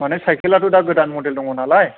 माने साइकेलआथ' दा गोदान मदेल दङ नालाय